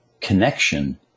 connection